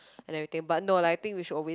and everything but no like I think we should always